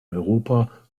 europa